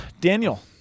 Daniel